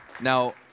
Now